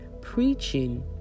preaching